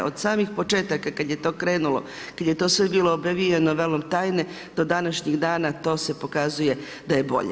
Od samih početaka kada je to krenulo, kada je to sve bilo obavijeno velom tajne do današnjih dana to se pokazuje da je bolje.